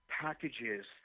packages